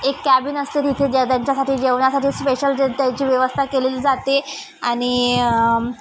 एक कॅबिन असते तिथे जे त्यांच्यासाठी जेवणासाठी स्पेशल जे त्यांची व्यवस्था केलेली जाते आणि